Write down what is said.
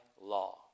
law